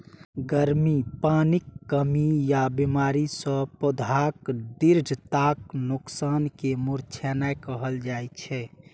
गर्मी, पानिक कमी या बीमारी सं पौधाक दृढ़ताक नोकसान कें मुरझेनाय कहल जाइ छै